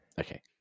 Okay